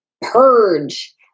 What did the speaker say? purge